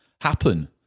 happen